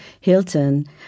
Hilton